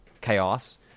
Chaos